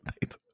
paper